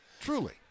Truly